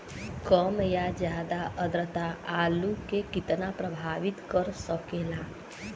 कम या ज्यादा आद्रता आलू के कितना प्रभावित कर सकेला?